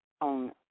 on